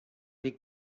des